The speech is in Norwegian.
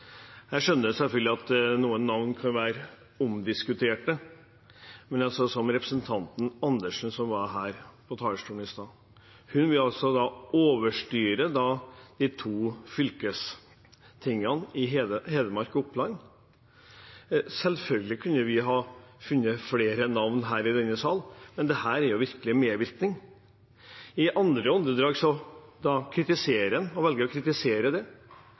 Jeg skjønner selvfølgelig at noen navn kan være omdiskutert, men representanten Andersen, som var her på talerstolen i stad, vil altså overstyre de to fylkestingene i Hedmark og Oppland. Selvfølgelig kunne vi her i denne salen ha funnet flere navn, men dette er jo virkelig medvirkning. I neste åndedrag velger en å kritisere det.